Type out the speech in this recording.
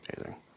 Amazing